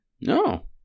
no